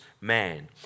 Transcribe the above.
man